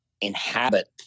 inhabit